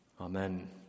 Amen